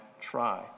try